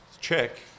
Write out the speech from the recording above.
check